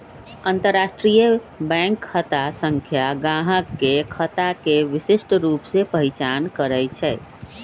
अंतरराष्ट्रीय बैंक खता संख्या गाहक के खता के विशिष्ट रूप से पहीचान करइ छै